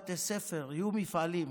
יהיו פה בתי ספר, יהיו מפעלים.